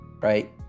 Right